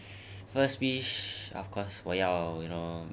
first wish of course 我要 you know